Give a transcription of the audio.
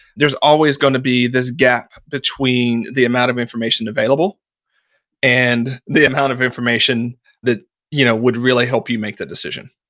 there's always going to be this gap between the amount of information available and the amount of information that you know would really help you make the decision.